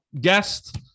guest